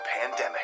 pandemic